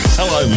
Hello